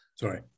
Sorry